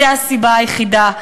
זו הסיבה היחידה,